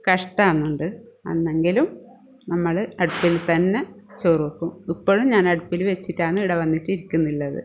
കഷ്ടമാകുന്നുണ്ട് എന്നെങ്കിലും നമ്മൾ അടുപ്പിൽ തന്നെ ചോറ് വയ്ക്കും ഇപ്പോഴും ഞാൻ അടുപ്പിൽ വച്ചിട്ടാണ് ഇവിടെ വന്നിട്ട് ഇരിക്കുന്നത്